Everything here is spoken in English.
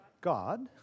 God